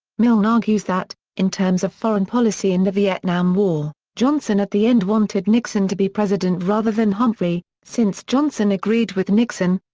milne argues that, in terms of foreign-policy in the vietnam war, johnson at the end wanted nixon to be president rather than humphrey, since johnson agreed with nixon,